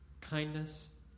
kindness